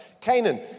Canaan